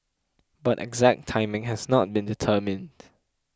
but exact timing has not been determined